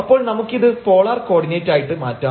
അപ്പോൾ നമുക്കിത് polar coordinate ആയിട്ട് മാറ്റാം